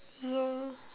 zoo